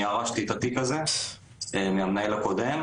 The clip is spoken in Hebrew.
אני ירשתי את התיק הזה מהמנהל הקודם,